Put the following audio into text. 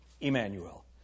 Emmanuel